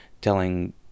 telling